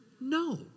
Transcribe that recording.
No